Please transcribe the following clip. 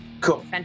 Cool